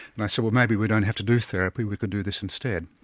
and i said, well maybe we don't have to do therapy, we could do this instead.